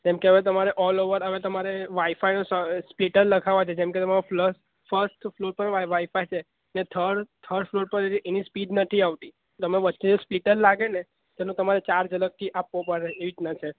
કેમકે હવે તમારે ઓલ ઓવર હવે તમારે વાઇફાઈનું સ્પીકર નખાવા છે જેમકે તમારો ફર્સ્ટ ફ્લોર પર વાઇફાઈ છે તે થર્ડ ફ્લોર પર એની સ્પીડ નથી આવતી તમે વચ્ચે એક સ્પીકર લાગે ને તો એનો તમારે ચાર્જ અલગથી આપવો પડશે એવી રીતના છે